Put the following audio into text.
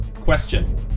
Question